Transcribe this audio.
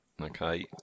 Okay